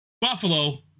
buffalo